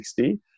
60